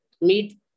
meet